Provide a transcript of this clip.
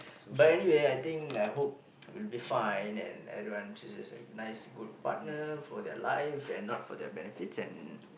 but anyway I think I hope we'll be fine and everyone chooses a nice good partner for their life and not for their benefits and